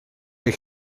eich